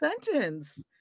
sentence